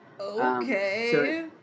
Okay